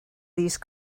these